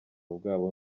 bwabo